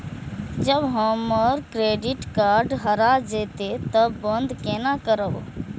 जब हमर credit card हरा जयते तब बंद केना करब?